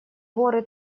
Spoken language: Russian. горы